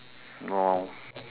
oh